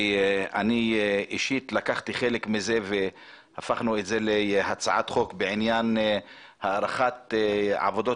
אני אישית לקחתי חלק מזה והפכנו את זה להצעת חוק בעניין הארכת עבודות